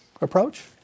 approach